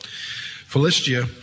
Philistia